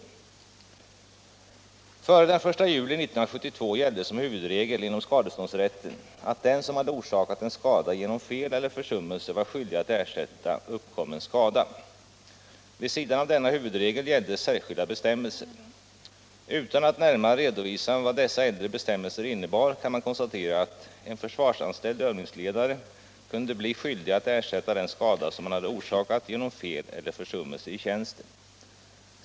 Före den 1 juli 1972 gällde som huvudregel inom skadeståndsrätten att den som hade orsakat en skada genom fel eller försummelse var skyldig att ersätta skadan. Vid sidan av denna huvudregel gällde särskilda bestämmelser. Utan att närmare redovisa vad dessa äldre bestämmelser innebar kan man konstatera att en försvarsanställd övningsledare kunde bli skyldig att ersätta den skada som han orsakat genom fel eller försummelse i tjänsten.